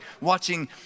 watching